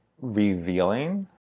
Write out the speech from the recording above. revealing